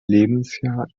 lebensjahr